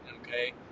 Okay